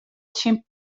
tsjin